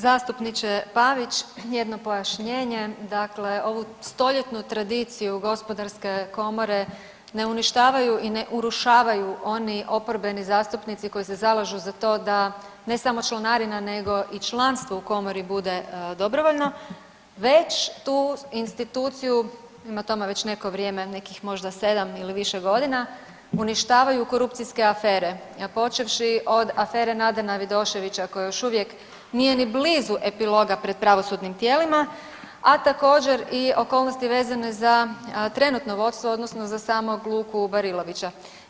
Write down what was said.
Zastupniče Pavić, jedno pojašnjenje dakle ovu stoljetnu tradiciju gospodarske komore ne uništavaju i ne urušavaju oni oporbeni zastupnici koji se zalažu za to da ne samo članarina nego i članstvo u komori bude dobrovoljno već tu instituciju ima tome već neko vrijeme, nekim možda 7 ili više godina uništavaju korupcijske afere počevši od afere Nadana Vidoševića koji još uvijek nije ni blizu epiloga pred pravosudnim tijelima, a također i okolnosti vezane za trenutno vodstvo odnosno za samog Luku Barilovića.